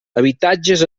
habitatges